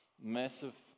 massive